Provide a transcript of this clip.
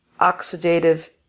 oxidative